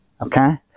Okay